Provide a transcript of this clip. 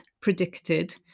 predicted